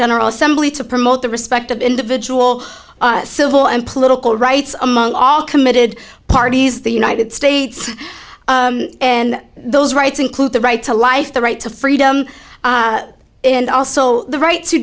general assembly to promote the respect of individual civil and political rights among all committed parties the united states and those rights include the right to life the right to freedom and also the right to